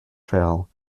trail